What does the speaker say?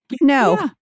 No